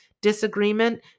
disagreement